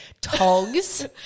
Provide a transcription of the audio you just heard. Togs